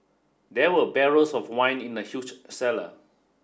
there were barrels of wine in the huge cellar